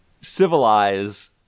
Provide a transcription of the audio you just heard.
civilize